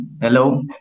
hello